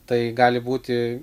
tai gali būti